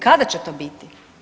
Kada će to biti?